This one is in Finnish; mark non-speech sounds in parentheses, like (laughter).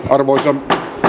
(unintelligible) arvoisa